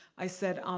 i said, um